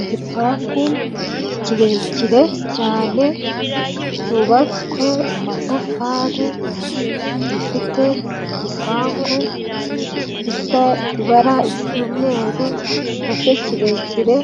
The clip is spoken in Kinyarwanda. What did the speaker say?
Igipangu kirekire cyane cyubatswe mu matafari gifite igipangu gisa ibara ry'umweru na cyo kirekire